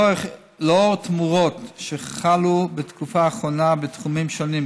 לנוכח תמורות שחלו בתקופה האחרונה בתחומים שונים,